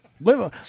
live